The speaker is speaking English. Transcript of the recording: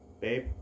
Babe